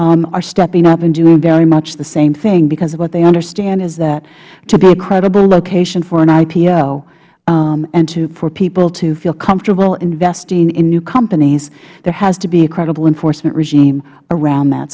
are stepping up and doing very much the same thing because what they understand is that to be a credible location for an ipo and for people to feel comfortable investing in new companies there has to be a credible enforcement regime around that